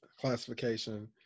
classification